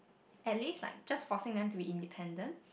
at least like just forcing them to be independent